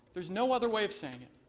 there is no other way of saying it.